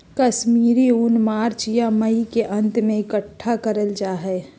कश्मीरी ऊन मार्च या मई के अंत में इकट्ठा करल जा हय